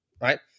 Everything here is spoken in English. right